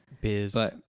Biz